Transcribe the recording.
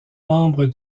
membre